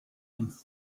him